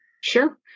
Sure